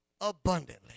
abundantly